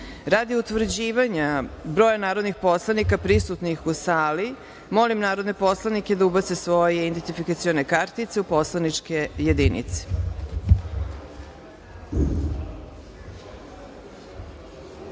utvrđivanja broja narodnih poslanika prisutnih u sali, molim narodne poslanike da ubace svoje identifikacione kartice u poslaničke